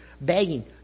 begging